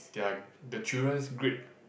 their the children's grade